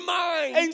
mind